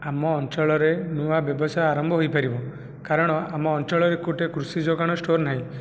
ଆମ ଅଞ୍ଚଳରେ ନୂଆ ବ୍ୟବସାୟ ଆରମ୍ଭ ହୋଇପାରିବ କାରଣ ଆମ ଅଞ୍ଚଳରେ ଗୋଟିଏ କୃଷି ଯୋଗାଣ ଷ୍ଟୋର୍ ନାହିଁ